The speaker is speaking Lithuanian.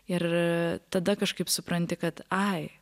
ir tada kažkaip supranti kad ai